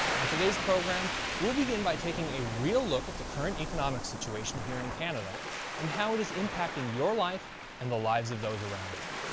on today's program we'll begin by taking a real look at the current economic situation here in canada and how it is impacting your life and the lives of those around you.